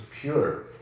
pure